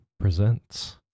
presents